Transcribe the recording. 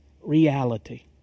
reality